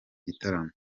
gitaramo